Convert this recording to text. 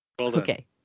Okay